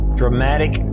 dramatic